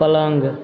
पलङ्ग